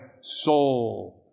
soul